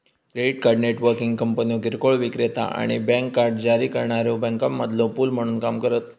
credit card networking कंपन्यो किरकोळ विक्रेता आणि बँक कार्ड जारी करणाऱ्यो बँकांमधलो पूल म्हणून काम करतत